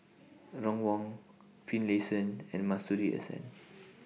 Ron Wong Finlayson and Masuri S N